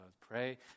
Pray